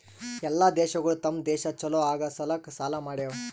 ಎಲ್ಲಾ ದೇಶಗೊಳ್ ತಮ್ ದೇಶ ಛಲೋ ಆಗಾ ಸಲ್ಯಾಕ್ ಸಾಲಾ ಮಾಡ್ಯಾವ್